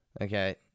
okay